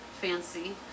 fancy